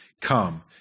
Come